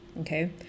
okay